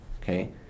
Okay